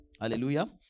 Hallelujah